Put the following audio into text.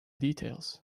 details